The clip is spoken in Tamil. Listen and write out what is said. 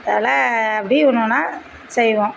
அடுத்தாபுல அப்படியே ஒன்று ஒன்றா செய்வோம்